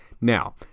Now